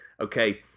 Okay